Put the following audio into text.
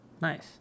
Nice